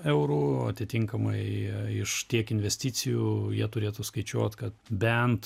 eurų atitinkamai iš tiek investicijų jie turėtų skaičiuot kad bent